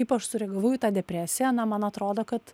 kaip aš sureagavau į depresiją na man atrodo kad